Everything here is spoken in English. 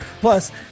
Plus